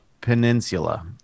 peninsula